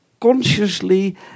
consciously